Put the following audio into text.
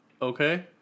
Okay